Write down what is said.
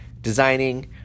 designing